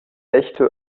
echte